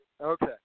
Okay